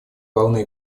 волны